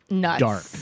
Dark